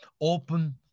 open